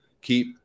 keep